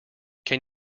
can